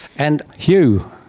and hugh,